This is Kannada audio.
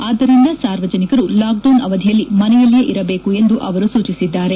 ಆದ್ದರಿಂದ ಸಾರ್ವಜನಿಕರು ಲಾಕ್ಡೌನ್ ಅವಧಿಯಲ್ಲಿ ಮನೆಯಲ್ಲೇ ಇರಬೇಕು ಎಂದು ಅವರು ಸೂಚಿಸಿದ್ದಾರೆ